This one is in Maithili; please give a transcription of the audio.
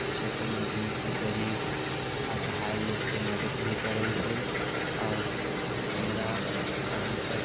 क्षेत्रमे घूमिके गरीब असहाय लोकके मदद भी करै छै आओर हमरा सांसद